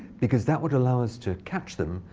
because that would allow us to catch them,